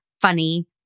funny